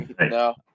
No